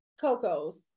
coco's